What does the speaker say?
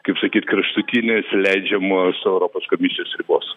kaip sakyt kraštutinės leidžiamos europos komisijos ribos